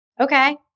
Okay